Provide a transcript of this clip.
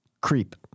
Creep